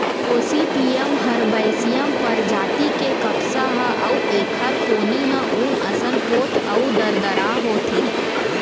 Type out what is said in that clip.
Gossypium herbaceum परजाति के कपसा ह अउ एखर पोनी ह ऊन असन पोठ अउ दरदरा होथे